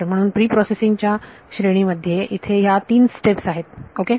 म्हणून प्रीप्रोसेसिंग च्या श्रेणी मध्ये इथे ह्या 3 स्टेप्स आहेत ओके